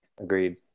Agreed